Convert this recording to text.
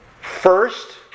First